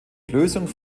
lösung